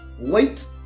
wait